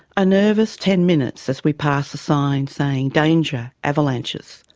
a nervous ten minutes as we pass a sign saying danger avalanches.